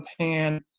pan